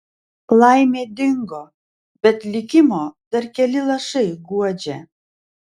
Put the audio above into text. laimė dingo bet likimo dar keli lašai guodžia